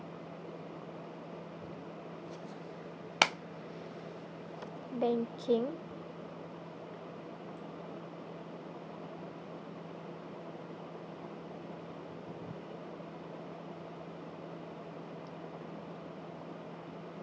banking